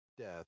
Death